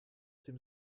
dem